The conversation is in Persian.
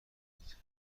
کنید